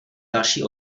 další